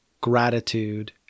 gratitude